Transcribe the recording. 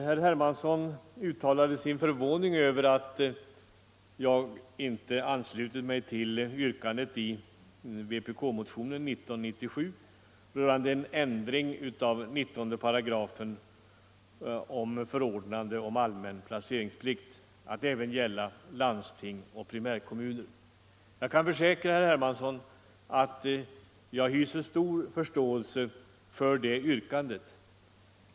Herr Hermansson uttalade sin förvåning över att jag inte anslutit mig till yrkandet i vpk-motionen 1997 om en ändring av 19 § om förordnande om allmän placeringsplikt till att även gälla landsting och primärkommuner. Jag kan försäkra herr Hermansson att jag hyser förståelse för det yrkandet.